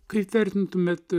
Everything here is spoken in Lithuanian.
kaip vertintumėt